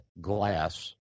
glass